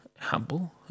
humble